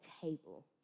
table